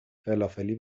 فلافلی